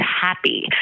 happy